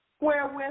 wherewith